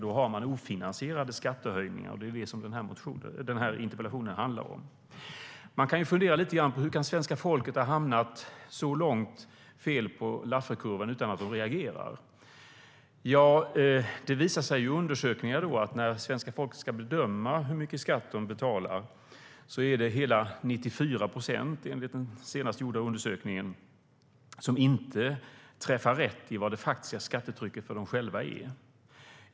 Då har man ofinansierade skattehöjningar, och det är vad den här interpellationen handlar om. Man kan fundera lite grann på: Hur kan svenska folket ha hamnat så långt fel på Lafferkurvan utan att det reagerar? Det visar sig i undersökningar att när svenska folket ska bedöma hur mycket skatt de betalar är det hela 94 procent, enligt den senast gjorda undersökningen, som inte träffar rätt i vad det faktiska skattetrycket för dem själva är.